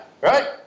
Right